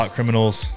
Criminals